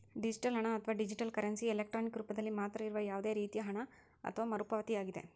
digital ಹಣ, ಅಥವಾ digital currency, electronic ರೂಪದಲ್ಲಿ ಮಾತ್ರ ಇರುವ ಯಾವುದೇ ರೇತಿಯ ಹಣ ಅಥವಾ ಪಾವತಿಯಾಗಿದೆ